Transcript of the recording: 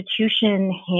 institution